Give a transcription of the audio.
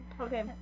Okay